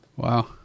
Wow